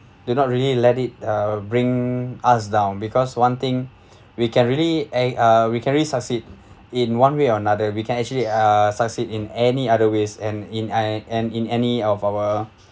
do not really let it uh bring us down because one thing we can really a a we can really succeed in one way or another we can actually uh succeed in any other ways and in and and in any of our